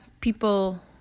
people